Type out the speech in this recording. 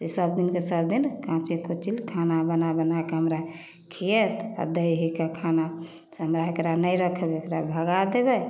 से सबदिनके सबदिन काँचे कुचिल खाना बना बनाके हमरा खिआएत आओर दै हिके खाना हमरा एकरा नहि रखबै एकरा भगा देबै